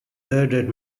bearded